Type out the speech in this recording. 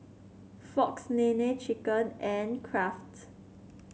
Fox Nene Chicken and Kraft